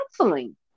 counseling